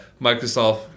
Microsoft